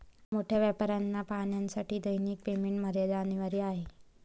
मोठ्या व्यापाऱ्यांना पाहण्यासाठी दैनिक पेमेंट मर्यादा अनिवार्य आहे